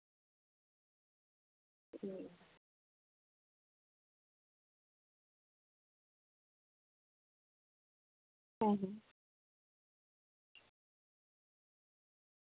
ᱦᱮᱸ ᱦᱮᱸ